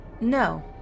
No